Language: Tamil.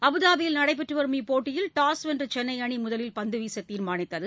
அபுதாபியில் நடைபெற்று வரும் இப்போட்டியில் டாஸ் வென்ற சென்னை அணி முதலில் பந்து வீச தீர்மானித்தது